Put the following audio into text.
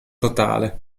totale